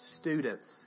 Students